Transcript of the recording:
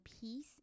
peace